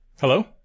Hello